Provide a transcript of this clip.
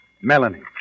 Melanie